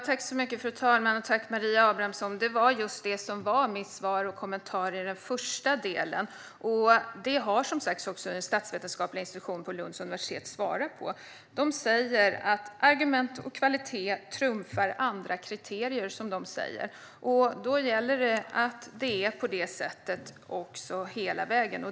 Fru talman! Tack, Maria Abrahamsson! Det var just det som var mitt svar och min kommentar i den första delen, och det har också statsvetenskapliga institutionen vid Lunds universitet svarat på. Man säger att argument och kvalitet trumfar andra kriterier. Då gäller det att det är på det sättet hela vägen.